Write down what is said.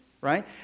right